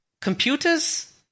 computers